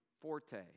forte